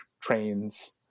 trains